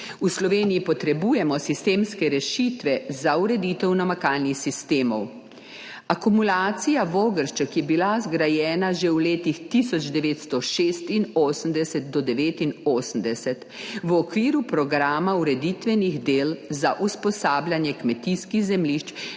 V Sloveniji potrebujemo sistemske rešitve za ureditev namakalnih sistemov. Akumulacija Vogršček je bila zgrajena že v letih 1986–1989 v okviru programa ureditvenih del za usposabljanje kmetijskih zemljišč